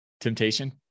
temptation